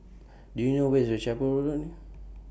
Do YOU know Where IS The Chapel Road